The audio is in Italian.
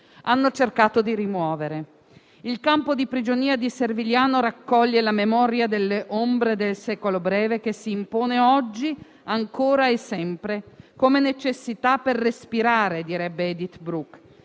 hanno cercato di rimuovere. Il campo di prigionia di Servigliano raccoglie la memoria delle ombre del "secolo breve" che si impone oggi, ancora e sempre, come necessità per respirare, direbbe Edith Bruck;